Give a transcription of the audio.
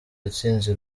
yatsinze